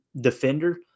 defender